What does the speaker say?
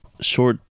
short